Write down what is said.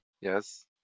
Yes